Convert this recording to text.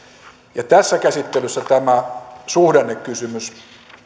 ja tässä käsittelyssä tämä suhdannekysymys